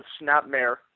Snapmare